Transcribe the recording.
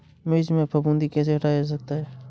मिर्च में फफूंदी कैसे हटाया जा सकता है?